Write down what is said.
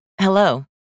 Hello